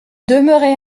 demeuraient